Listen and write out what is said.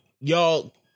y'all